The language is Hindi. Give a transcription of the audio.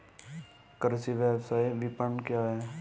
कृषि व्यवसाय विपणन क्या है?